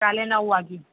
કાલે નવ વાગે